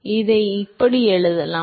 எனவே இதை இப்படி எழுதலாம்